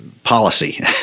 policy